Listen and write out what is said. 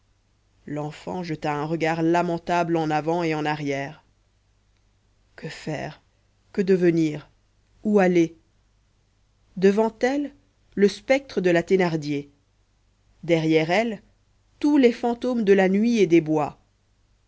l'enfant jeta un regard lamentable en avant et en arrière que faire que devenir où aller devant elle le spectre de la thénardier derrière elle tous les fantômes de la nuit et des bois